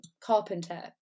carpenter